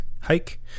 hike